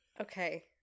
Okay